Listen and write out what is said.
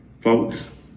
Folks